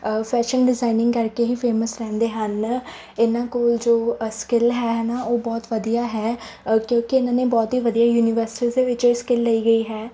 fashion designing ਕਰਕੇ ਹੀ famous ਰਹਿੰਦੇ ਹਨ ਇਹਨਾਂ ਕੋਲ ਜੋ ਅ ਸਕਿਲ ਹੈ ਹੈ ਨਾ ਉਹ ਬਹੁਤ ਵਧੀਆ ਹੈ ਕਿਉਂਕਿ ਇਹਨਾਂ ਨੇ ਬਹੁਤ ਹੀ ਵਧੀਆ ਯੂਨੀਵਰਸੀਸ ਦੇ ਵਿੱਚ ਇਹ ਸਕਿਲ ਲਈ ਗਈ ਹੈ